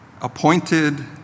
appointed